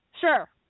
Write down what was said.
Sure